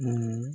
ମୁୁଁ